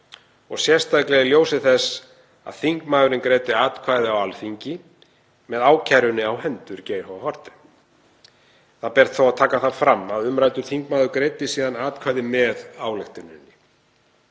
og sérstaklega í ljósi þess að þingmaðurinn greiddi atkvæði á Alþingi með ákærunni á hendur Geir H. Haarde. Það ber þó að taka það fram að umræddur þingmaður greiddi síðan atkvæði með ályktuninni.